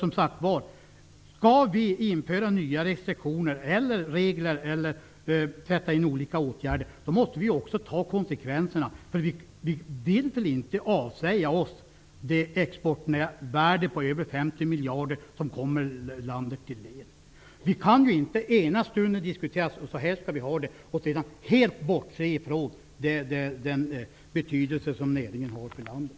Om vi skall införa nya restriktioner, regler eller sätta in olika åtgärder måste vi också ta konsekvenserna. Vi vill väl inte avsäga oss det exportvärde på över 50 miljarder som kommer landet till del? Vi kan inte diskutera och säga att så skall vi ha det och helt bortse från den betydelse som näringen har för landet.